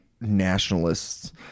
nationalists